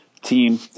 team